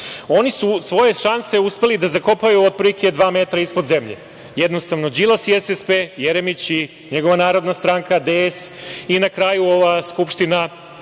oni su svoje šanse uspeli da zakopaju otprilike dva metra ispod zemlje. Jednostavno, Đilas i SSP, Jeremić i njegova Narodna stranka, DS i na kraju ova Skupština